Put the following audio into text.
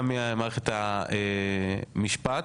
מערכת המשפט,